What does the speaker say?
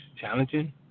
challenging